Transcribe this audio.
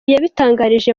yabitangarije